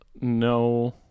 No